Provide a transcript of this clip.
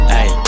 Hey